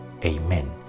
Amen